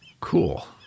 cool